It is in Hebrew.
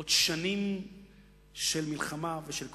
עוד שנים של מלחמה ושל קונפליקט.